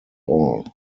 all